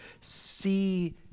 see